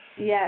Yes